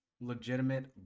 legitimate